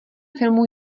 filmu